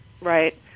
Right